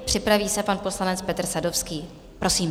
Připraví se pan poslanec Petr Sadovský, prosím.